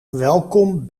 welkom